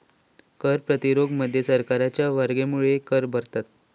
कर प्रतिरोध मध्ये सरकारच्या विरोधामुळे कर भरतत